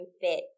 fit